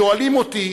שואלים אותי